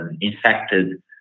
infected